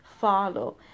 follow